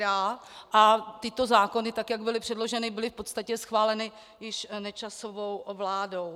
A tyto zákony, tak jak byly předloženy, byly v podstatě schváleny již Nečasovou vládou.